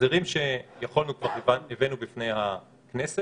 הסדרים שיכולנו כמובן הבאנו בפני הכנסת,